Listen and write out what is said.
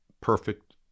perfect